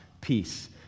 peace